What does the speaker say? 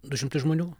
du šimtai žmonių